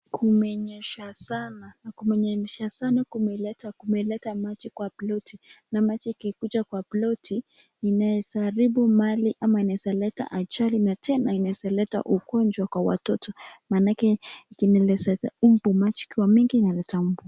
Kumenyesha sana na kumenyesha sana kumeleta maji kwa ploti na maji ikikuja kwa ploti inaweza haribu mali ama inawezaleta ajali na tena inaweza leta ugonjwa kwa watoto manake inaweza leta mbu maji ikiwa mingi inaleta mbu.